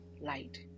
light